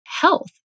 health